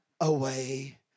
away